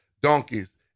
donkeys